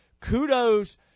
Kudos